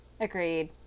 agreed